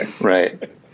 Right